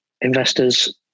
investors